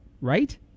right